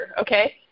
okay